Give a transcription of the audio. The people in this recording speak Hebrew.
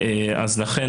אז לכן,